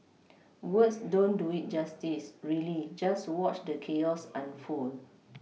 words don't do it justice really just watch the chaos unfold